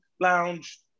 lounge